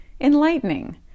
enlightening